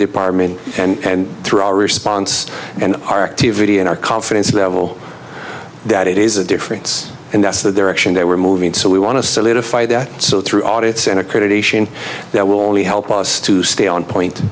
department and through our response and our activity and our confidence level that it is a difference and that's the direction they were moving so we want to solidify that through audits and accreditation that will only help us to stay on point